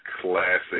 classic